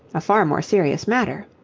a far more serious matter.